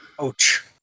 Ouch